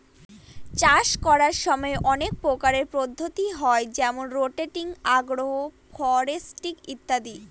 চাষ করার সময় অনেক প্রকারের পদ্ধতি হয় যেমন রোটেটিং, আগ্র ফরেস্ট্রি ইত্যাদি